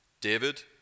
David